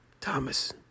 Thomas